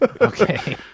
Okay